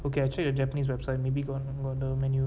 okay actually the japanese website maybe got got the menu